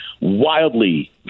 wildly